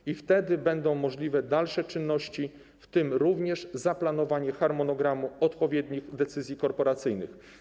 I wtedy będą możliwe dalsze czynności, w tym również zaplanowanie harmonogramu odpowiednich decyzji korporacyjnych.